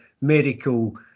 medical